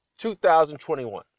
2021